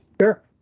Sure